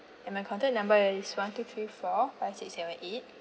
and my contact number is one two three four five six seven eight